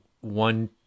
one